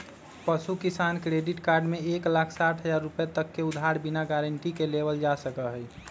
पशु किसान credit card में एक लाख साठ हजार रुपए तक के उधार बिना गारंटी के लेबल जा सका हई